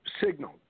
signal